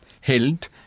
held